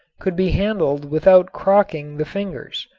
could be handled without crocking the fingers.